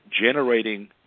generating